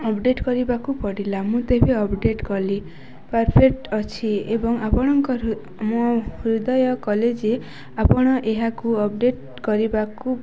update କରିବାକୁ ପଡ଼ିଲା ମୁଁ ତେବେ ଅପଡ଼େଟ୍ କଲି ପରଫେକ୍ଟ ଅଛି ଏବଂ ଆପଣଙ୍କ ମୋ ହୃଦୟ କଲି ଯେ ଆପଣ ଏହାକୁ ଅପଡ଼େଟ୍ କରିବାକୁ